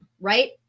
right